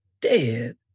dead